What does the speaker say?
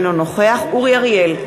נגד אורי אריאל,